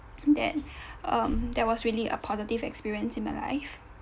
then um that was really a positive experience in my life